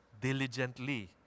diligently